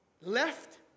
Left